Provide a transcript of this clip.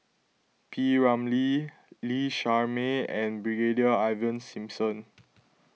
P Ramlee Lee Shermay and Brigadier Ivan Simson